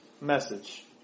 message